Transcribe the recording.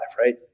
right